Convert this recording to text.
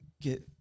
get